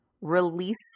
release